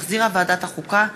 שהחזירה ועדת החוקה,